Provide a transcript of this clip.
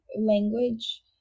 language